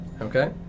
Okay